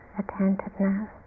attentiveness